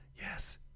Yes